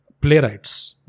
playwrights